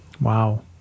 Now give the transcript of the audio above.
Wow